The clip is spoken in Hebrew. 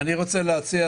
אני רוצה להציע,